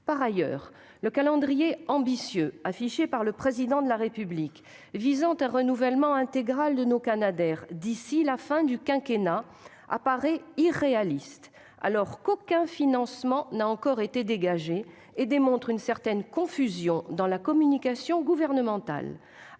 Par ailleurs, le calendrier ambitieux, affiché par le Président de la République, visant un renouvellement intégral de nos canadairs d'ici à la fin du quinquennat paraît irréaliste, alors qu'aucun financement n'a encore été engagé. Cela démontre une certaine confusion dans la communication gouvernementale